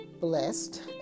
blessed